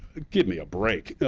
give me a break.